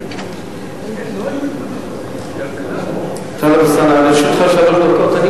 טלב אלסאנע, לרשותך שלוש דקות.